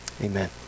Amen